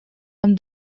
amb